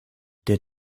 der